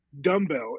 dumbbell